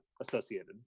associated